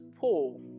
Paul